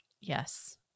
Yes